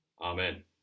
Amen